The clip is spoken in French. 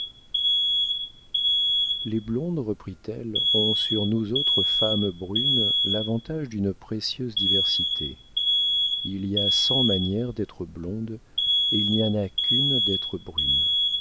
les blondes reprit-elle ont sur nous autres femmes brunes l'avantage d'une précieuse diversité il y a cent manières d'être blonde et il n'y en a qu'une d'être brune